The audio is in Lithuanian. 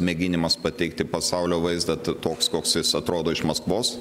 mėginimas pateikti pasaulio vaizdą toks koks jis atrodo iš maskvos